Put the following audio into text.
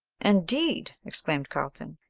indeed! exclaimed carlton.